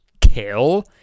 kill